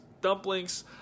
dumplings